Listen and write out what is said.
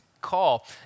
call